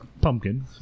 pumpkin